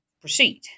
proceed